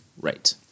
Right